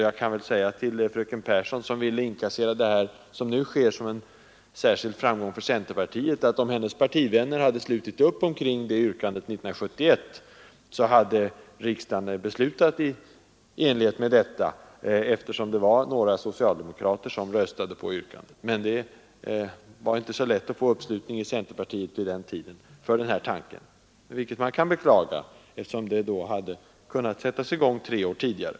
Jag vill påminna fröken Pehrsson, som ville inkassera det som nu sker som en särskild framgång för centerpartiet, om att om hennes partivänner hade slutit upp bakom det yrkandet 1971, så hade riksdagen beslutat i enlighet med detta — det var nämligen några socialdemokrater som röstade för yrkandet. Men det var inte så lätt vid den tiden att få uppslutning i centerpartiet kring den här tanken, vilket man kan beklaga, eftersom en utredning då hade kunnat sättas i gång tre år tidigare.